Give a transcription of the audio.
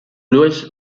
clubes